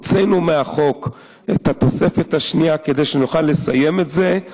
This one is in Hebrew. הוצאנו מהחוק את התוספת השנייה כדי שנוכל לסיים את זה.